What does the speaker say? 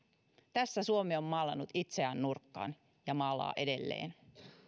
tässä suomi on maalannut itseään nurkkaan ja maalaa edelleen